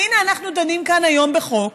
והינה, אנחנו דנים כאן היום בחוק,